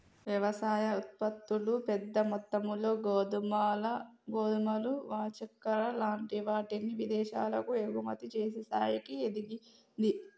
వ్యవసాయ ఉత్పత్తులు పెద్ద మొత్తములో గోధుమలు చెక్కర లాంటి వాటిని విదేశాలకు ఎగుమతి చేసే స్థాయికి ఎదిగింది